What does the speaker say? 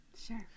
sure